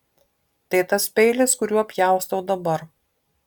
tai tas peilis kuriuo pjaustau dabar